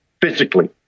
physically